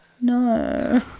No